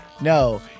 No